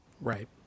Right